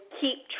keep